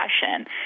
passion